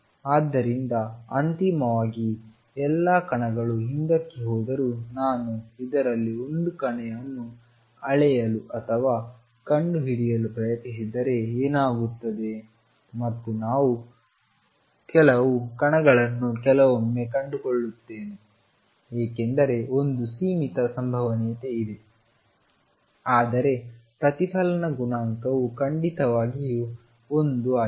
ಆದ್ದರಿಂದ ಅಂತಿಮವಾಗಿ ಎಲ್ಲಾ ಕಣಗಳು ಹಿಂದಕ್ಕೆ ಹೋದರೂ ನಾನು ಇದರಲ್ಲಿ ಒಂದು ಕಣವನ್ನು ಅಳೆಯಲು ಅಥವಾ ಕಂಡುಹಿಡಿಯಲು ಪ್ರಯತ್ನಿಸಿದರೆ ಏನಾಗುತ್ತದೆ ಮತ್ತು ನಾನು ಕೆಲವು ಕಣಗಳನ್ನು ಕೆಲವೊಮ್ಮೆ ಕಂಡುಕೊಳ್ಳುತ್ತೇನೆ ಏಕೆಂದರೆ ಒಂದು ಸೀಮಿತ ಸಂಭವನೀಯತೆ ಇದೆ ಆದರೆ ಪ್ರತಿಫಲನ ಗುಣಾಂಕವು ಖಂಡಿತವಾಗಿಯೂ 1 ಆಗಿದೆ